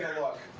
and look.